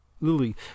Lily